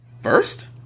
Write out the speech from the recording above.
first